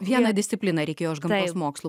vieną discipliną reikėjo iš gamtos mokslų